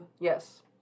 Yes